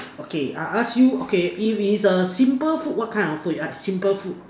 okay I ask you okay if is a simple food what kind of food you like simple food